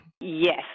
Yes